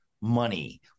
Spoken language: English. money